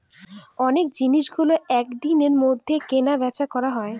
অনেক জিনিসগুলো এক দিনের মধ্যে কেনা বেচা করা হয়